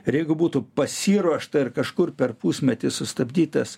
ir jeigu būtų pasiruošta ir kažkur per pusmetį sustabdytas